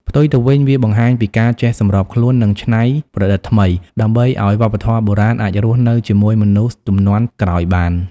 ផ្ទុយទៅវិញ វាបង្ហាញពីការចេះសម្របខ្លួន និងច្នៃប្រឌិតថ្មី ដើម្បីឲ្យវប្បធម៌បុរាណអាចរស់នៅជាមួយមនុស្សជំនាន់ក្រោយបាន។